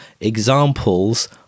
examples